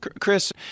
Chris